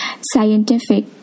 scientific